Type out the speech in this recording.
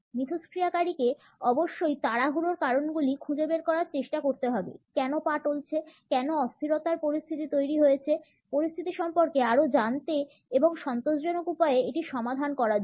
মিথস্ক্রিয়াকারীকে অবশ্যই তাড়াহুড়োর কারণগুলি খুঁজে বের করার চেষ্টা করতে হবে কেন পা টলছে কেন অস্থিরতার পরিস্থিতি তৈরি হয়েছে পরিস্থিতি সম্পর্কে আরও জানতে এবং সন্তোষজনক উপায়ে এটি সমাধান করার জন্য